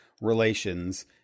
relations